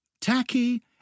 tacky